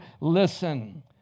listen